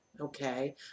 okay